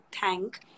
thank